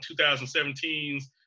2017's